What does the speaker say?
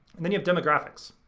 and then you have demographics.